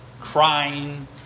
crying